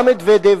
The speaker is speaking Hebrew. בא מדוודב,